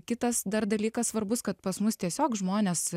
kitas dar dalykas svarbus kad pas mus tiesiog žmonės